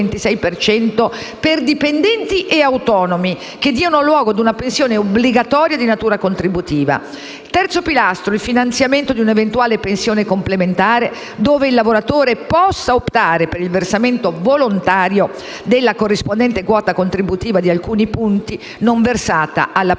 per dipendenti e autonomi, che diano luogo ad una pensione obbligatoria di natura contributiva, come terzo pilastro, il finanziamento di un'eventuale pensione complementare, dove il lavoratore possa optare per il versamento volontario della corrispondente quota contributiva di alcuni punti non versata alla previdenza